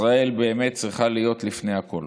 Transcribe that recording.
ישראל באמת צריכה להיות לפני הכול.